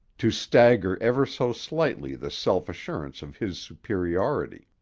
to stagger ever so slightly the self-assurance of his superiority.